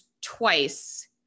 twice